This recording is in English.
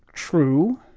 true.